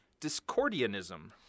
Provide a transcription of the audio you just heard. Discordianism